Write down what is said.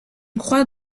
croix